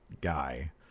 guy